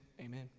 amen